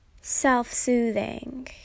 self-soothing